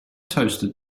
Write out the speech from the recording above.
toasted